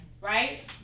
right